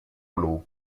blu